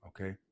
Okay